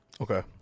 Okay